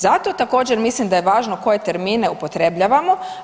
Zato također mislim da je važno koje termine upotrebljavamo.